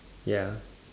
ya